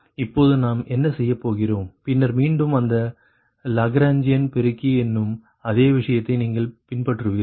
இப்பொழுது நாம் என்ன செய்ய போகிறோம் பின்னர் மீண்டும் அந்த லாக்ராங்கியன் பெருக்கி என்னும் அதே விஷயத்தை நீங்கள் பின்பற்றுவீர்கள்